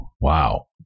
wow